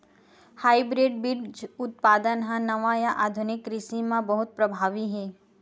hybrid बीज उत्पादन हा नवा या आधुनिक कृषि मा बहुत प्रभावी हे